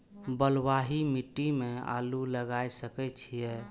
बलवाही मिट्टी में आलू लागय सके छीये?